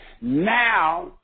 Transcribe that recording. now